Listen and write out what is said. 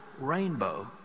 rainbow